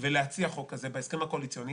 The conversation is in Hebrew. והציע חוק כזה בהסכם הקואליציוני.